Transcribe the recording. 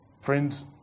Friends